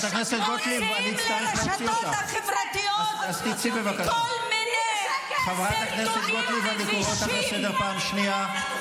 מוציאים לרשתות החברתיות כל מיני סרטונים מבישים.